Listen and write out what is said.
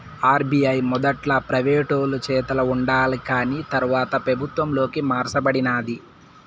RBI మొదట్ల ప్రైవేటోలు చేతల ఉండాకాని తర్వాత పెబుత్వంలోకి మార్స బడినాది